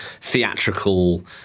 theatrical